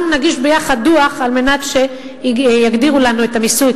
אנחנו נגיש יחד דוח כדי שיגדירו לנו את המיסוי,